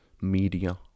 media